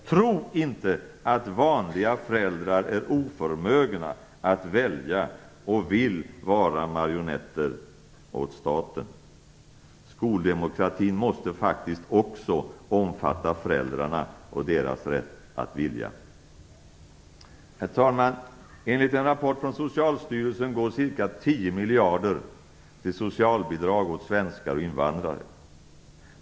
Tro inte att vanliga föräldrar är oförmögna att välja och att de vill vara marionetter åt staten. Skoldemokratin måste faktiskt omfatta föräldrarna och deras rätt att välja. Herr talman! Enligt en rapport från Socialstyrelsen går ca 10 miljarder till socialbidrag åt svenskar och invandrare.